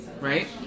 right